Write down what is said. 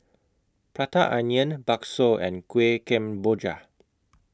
Prata Onion Bakso and Kueh Kemboja